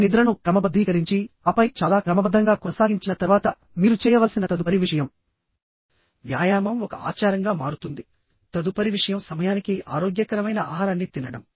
మీ నిద్రను క్రమబద్ధీకరించి ఆపై చాలా క్రమబద్ధంగా కొనసాగించిన తర్వాత మీరు చేయవలసిన తదుపరి విషయంవ్యాయామం ఒక ఆచారంగా మారుతుంది తదుపరి విషయం సమయానికి ఆరోగ్యకరమైన ఆహారాన్ని తినడం